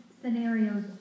scenarios